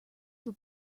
were